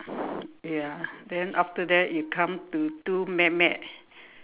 ya then after that you come to two